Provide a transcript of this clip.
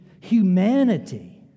humanity